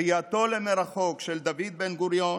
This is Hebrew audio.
ראייתו למרחוק של דוד בן-גוריון